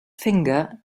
finger